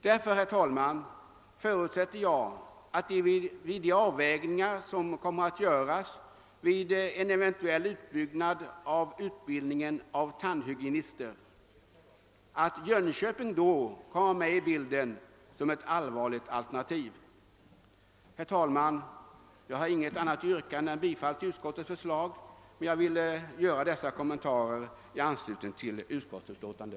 Därför, herr talman, förutsätter jag att Jönköping, vid de avvägningar som kommer att göras vid en eventuell utbyggnad av utbildningen av tandhygienister, kommer med i bilden som ett allvarligt alternativ. Jag har inget annat yrkande än om bifall till utskottets förslag, men jag har velat göra denna kommentar i anslutning till utskottets utlåtande.